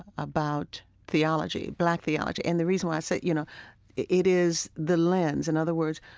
about theology, black theology. and the reason why i said you know it it is the lens. in other words,